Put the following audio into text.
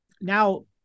Now